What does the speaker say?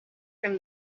from